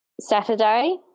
Saturday